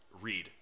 read